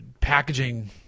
packaging